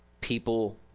people